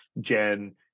jen